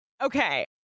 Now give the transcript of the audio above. Okay